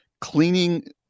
cleaning